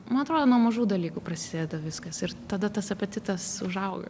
man atrodo nuo mažų dalykų prasideda viskas ir tada tas apetitas užauga